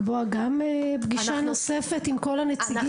לקבוע גם פגישה נוספת עם כל הנציגים?